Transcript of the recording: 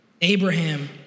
Abraham